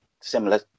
similar